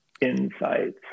insights